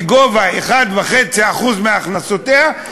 בגובה 1.5% מהכנסותיה,